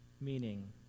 meaning